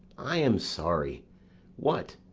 i am sorry what,